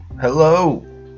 Hello